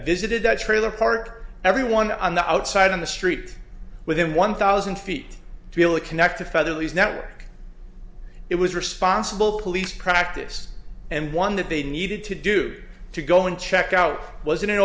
visited the trailer park everyone on the outside on the street within one thousand feet to be able to connect to father lee's network it was responsible police practice and one that they needed to do to go and check out was